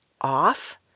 off